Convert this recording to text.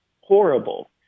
horrible